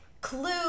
clue